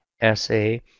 Essay